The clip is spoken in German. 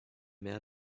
mehr